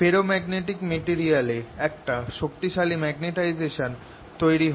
ferromagnetic মেটেরিয়ালে একটা শক্তিশালি মেগনেটাইজেশান তৈরি হয়